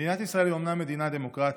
מדינת ישראל היא אומנם מדינה דמוקרטית,